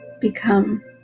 become